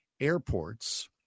airports